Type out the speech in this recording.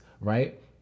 right